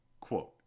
Quote